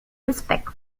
respect